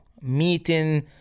meeting